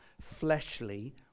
fleshly